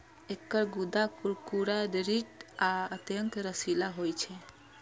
एकर गूद्दा कुरकुरा, दृढ़ आ अत्यंत रसीला होइ छै